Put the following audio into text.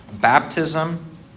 baptism